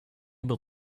able